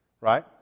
right